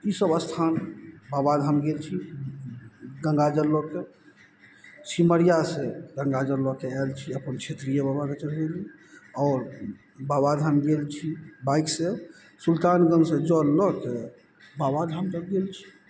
ई सब स्थान बाबाधाम गेल छी गङ्गा जल लए कऽ सिमरियासँ गङ्गाजल लए कऽ आयल छी अपन क्षेत्रीय बाबाके चढ़बय लेल आओर बाबाधाम गेल छी बाइकसँ सुलतानगंजसँ जल लए कऽ बाबाधाम तक गेल छी